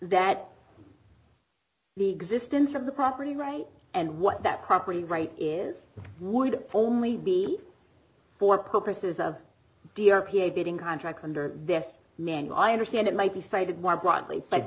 that the existence of the property right and what that property right is would only be for purposes of d r p a bit in contracts under this menu i understand it might be cited more broadly